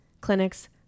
clinics